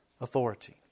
authority